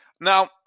Now